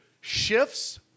shifts